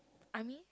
army